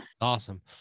awesome